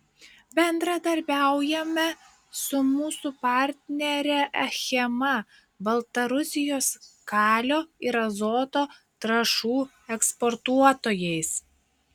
bendradarbiaujame su mūsų partnere achema baltarusijos kalio ir azoto trąšų eksportuotojais